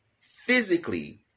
physically